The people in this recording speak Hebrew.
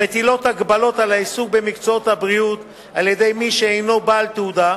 המטילות הגבלות על העיסוק במקצועות הבריאות על-ידי מי שאינו בעל תעודה,